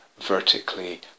vertically